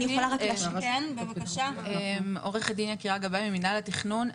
אני ממינהל התכנון.